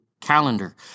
calendar